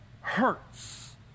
hurts